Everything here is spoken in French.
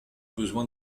besoin